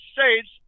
States